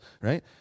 right